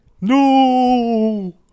No